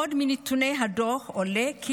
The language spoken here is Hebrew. עוד מנתוני הדוח עולה כי